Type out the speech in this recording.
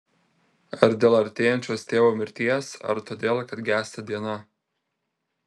ar dėl artėjančios tėvo mirties ar todėl kad gęsta diena